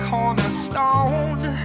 Cornerstone